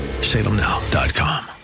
salemnow.com